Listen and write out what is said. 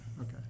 Okay